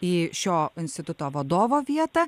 į šio instituto vadovo vietą